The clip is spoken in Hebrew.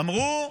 אמרו: